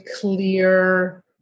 clear